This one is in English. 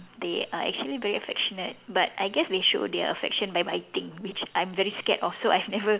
they are actually very affectionate but I guess they show their affection by biting which I'm very scared of so I've never